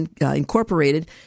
Incorporated